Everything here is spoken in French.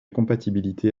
compatibilité